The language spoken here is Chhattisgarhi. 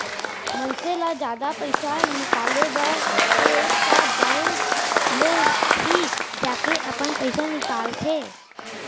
मनसे ल जादा पइसा निकाले बर हे त बेंक ले ही जाके अपन पइसा निकालंथे